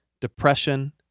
depression